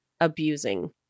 abusing